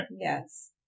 Yes